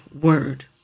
word